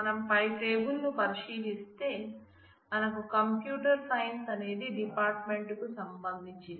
మనం పై టేబుల్ ను పరిశీలిస్తే మనకు కంప్యూటర్ సైన్స్ అనేది డిపార్ట్మెంట్ కు సంబందించినది